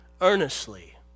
earnestly